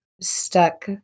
stuck